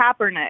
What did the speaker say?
kaepernick